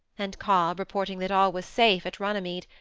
and cobb, reporting that all was safe at runnymede,